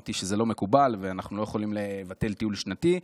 ואמרתי שזה לא מקובל ואנחנו לא יכולים לבטל טיול שנתי.